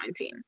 2019